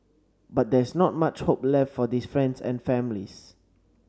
but there's not much hope left for these friends and families